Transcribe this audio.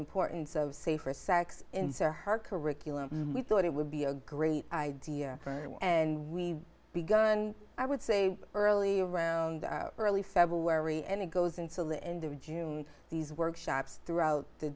importance of safer sex and so her curriculum we thought it would be a great idea and we begun i would say early around early february and it goes until the end of june these workshops throughout the